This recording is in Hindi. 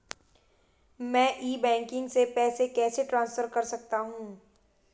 मैं ई बैंकिंग से पैसे कैसे ट्रांसफर कर सकता हूं?